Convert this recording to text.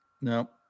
No